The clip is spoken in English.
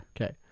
Okay